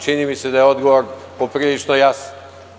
Čini mi se da je odgovor poprilično jasan.